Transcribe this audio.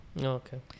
Okay